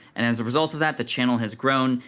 and as a result of that the channel has grown,